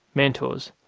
mentors,